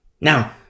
Now